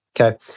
Okay